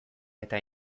eta